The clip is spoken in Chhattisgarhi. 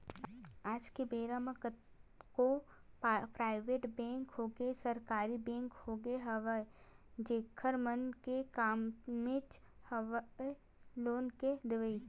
आज के बेरा म कतको पराइवेट बेंक होगे सरकारी बेंक होगे हवय जेखर मन के कामेच हवय लोन के देवई